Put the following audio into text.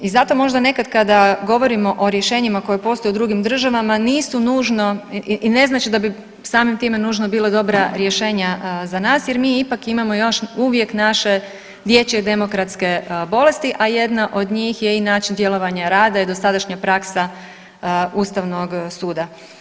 I zato možda nekad kada govorimo o rješenjima koje postoje u drugim državama nisu nužno i ne znači da bi samim time bile dobra rješenja za nas jer mi ipak imamo još uvijek naše dječje demokratske bolesti, a jedna od njih je i način djelovanja rada i dosadašnja praksa Ustavnog suda.